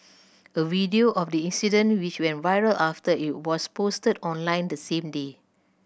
a video of the incident which went viral after it was posted online the same day